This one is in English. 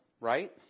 right